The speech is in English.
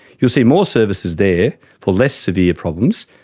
you'll see more services there for less severe problems,